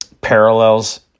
Parallels